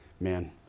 man